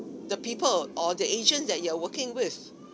the people or the agent that you are working with